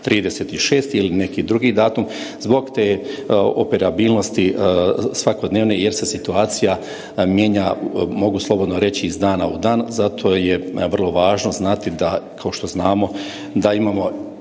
30.6. ili neki drugi datum zbog te operabilnosti svakodnevne jer se situacija mijenja, mogu slobodno reći iz dana u dan. Zato je vrlo važno znati da kao što znamo da imamo